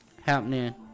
happening